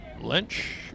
Lynch